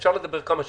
אפשר לדבר כמה שרוצים,